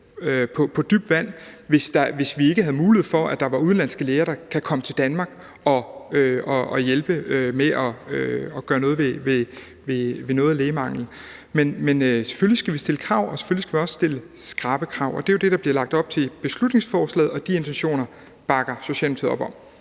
på dybt vand, hvis der ikke var mulighed for, at udenlandske læger kunne komme til Danmark og hjælpe med at gøre noget ved noget af lægemanglen. Men selvfølgelig skal vi stille krav, og selvfølgelig skal vi også stille skrappe krav. Det er jo det, der bliver lagt op til i beslutningsforslaget, og de intentioner bakker Socialdemokratiet op om.